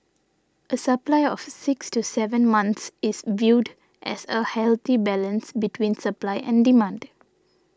a supply of six to seven months is viewed as a healthy balance between supply and demand